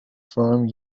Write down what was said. from